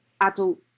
adult